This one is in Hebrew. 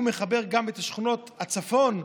הוא מחבר גם את שכונות הצפון,